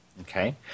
Okay